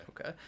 Okay